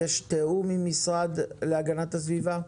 יש תיאום עם המשרד להגנת הסביבה?